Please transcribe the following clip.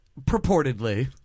purportedly